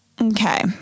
okay